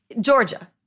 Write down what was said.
Georgia